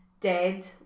dead